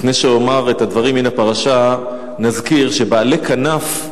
לפני שאומר את הדברים מן הפרשה, נזכיר שבעלי כנף,